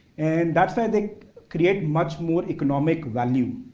and that's i think create much more economic value.